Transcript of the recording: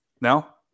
now